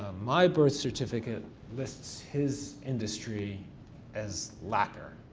my birth certificate lists his industry as lacquer.